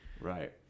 Right